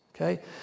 okay